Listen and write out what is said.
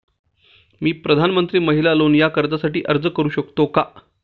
मी प्रधानमंत्री महिला लोन या कर्जासाठी अर्ज करू शकतो का?